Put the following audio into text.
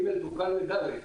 (ג) תוקן ל-(ד).